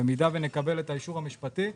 במידה ונקבל את האישור המשפטי,